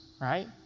right